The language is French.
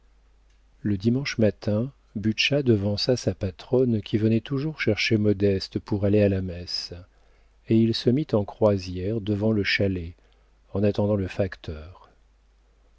le dimanche matin butscha devança sa patronne qui venait toujours chercher modeste pour aller à la messe et il se mit en croisière devant le chalet en attendant le facteur